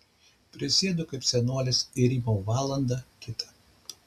prisėdu kaip senolis ir rymau valandą kitą